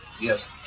Yes